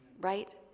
right